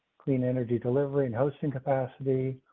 clean energy delivery and hosting capacity.